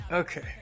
Okay